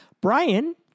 Brian